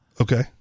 Okay